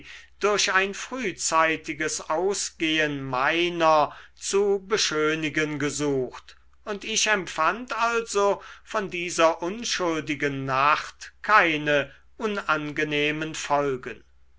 durch ein frühzeitiges ausgehen meiner zu beschönigen gesucht und ich empfand also von dieser unschuldigen nacht keine unangenehmen folgen